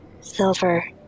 Silver